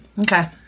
Okay